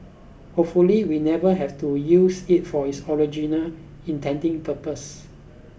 hopefully we never have to use it for its original intending purpose